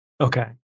Okay